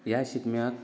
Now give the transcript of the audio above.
ह्या शिगम्याक